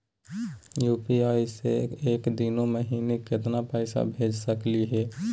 UPI स एक दिनो महिना केतना पैसा भेज सकली हे?